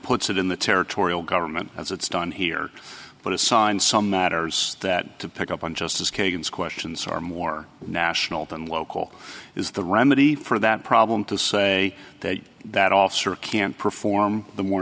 puts it in the territorial government as it's done here but assign some matters that to pick up on just as kagan's questions are more national than local is the remedy for that problem to say that that officer can't perform the more